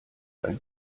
ein